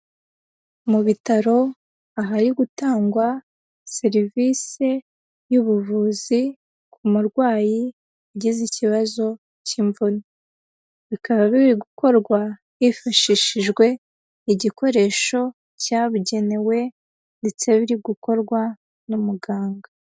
Mu bitaro ahari gutangwa serivisi y'ubuvuzi, ku murwayi wagize ikibazo k'imvune, bikaba biri gukorwa hifashishijwe igikoresho cyabugenewe ndetse biri gukorwa n'umuganga.